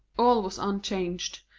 all was unchanged,